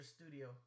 studio